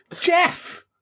Jeff